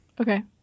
Okay